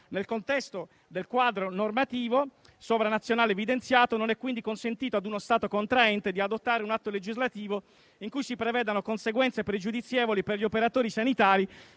Nel contesto del quadro normativo sovranazionale evidenziato, non è quindi consentito ad uno Stato Contraente di adottare un atto legislativo in cui si prevedano conseguenze pregiudizievoli per gli operatori sanitari